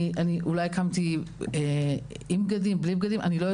אולי קמתי עם בגדים, בלי בגדים.